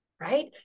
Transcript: right